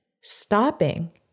stopping